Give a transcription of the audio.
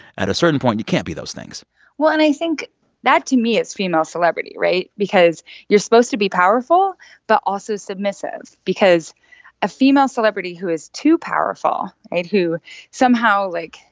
at a certain point, you can't be those things well, and i think that, to me, is female celebrity right? because you're supposed to be powerful but also submissive because a female celebrity who is too powerful and who somehow, like,